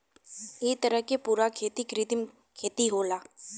ए तरह के पूरा खेती कृत्रिम खेती होला